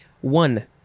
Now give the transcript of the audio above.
One